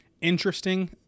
interesting